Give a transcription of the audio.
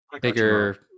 bigger